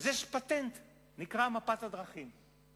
יש פטנט שנקרא מפת הדרכים.